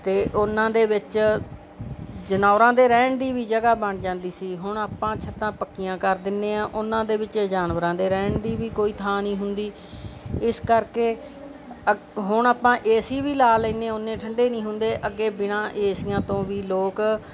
ਅਤੇ ਉਹਨਾਂ ਦੇ ਵਿੱਚ ਜਨੌਰਾਂ ਦੇ ਰਹਿਣ ਦੀ ਵੀ ਜਗ੍ਹਾ ਬਣ ਜਾਂਦੀ ਸੀ ਹੁਣ ਆਪਾਂ ਛੱਤਾਂ ਪੱਕੀਆਂ ਕਰ ਦਿੰਦੇ ਹਾਂ ਉਹਨਾਂ ਦੇ ਵਿੱਚ ਜਾਨਵਰਾਂ ਦੇ ਰਹਿਣ ਦੀ ਵੀ ਕੋਈ ਥਾਂ ਨਹੀਂ ਹੁੰਦੀ ਇਸ ਕਰਕੇ ਹੁਣ ਆਪਾਂ ਏ ਸੀ ਵੀ ਲਾ ਲੈਂਦੇ ਹੁੰਦੇ ਉੱਨੇ ਠੰਢੇ ਨਹੀਂ ਹੁੰਦੇ ਅੱਗੇ ਬਿਨਾਂ ਏਸੀਆਂ ਤੋਂ ਵੀ ਲੋਕ